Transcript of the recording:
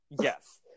Yes